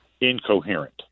incoherent